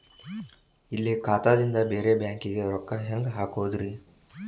ಇಲ್ಲಿ ಖಾತಾದಿಂದ ಬೇರೆ ಬ್ಯಾಂಕಿಗೆ ರೊಕ್ಕ ಹೆಂಗ್ ಹಾಕೋದ್ರಿ?